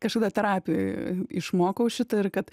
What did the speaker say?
kažkada terapijoj išmokau šitą ir kad